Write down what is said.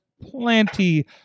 plenty